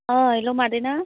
औ हेलौ मादै ना